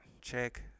check